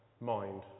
mind